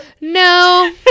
No